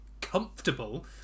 Comfortable